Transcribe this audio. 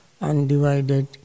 undivided